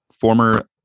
former